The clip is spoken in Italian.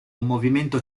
movimento